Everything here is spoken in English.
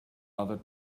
other